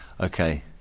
Okay